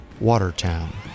Watertown